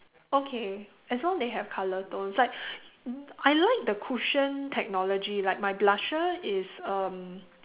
okay as long they have colour tone it's like I like the cushion technology like my blusher is um